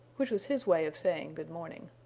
which was his way of saying good morning.